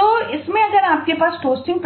तो इस में अगर आपके पास टोस्टिंग